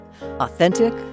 Authentic